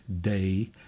day